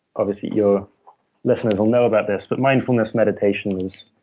obviously your listeners will know about this, but mindfulness meditation's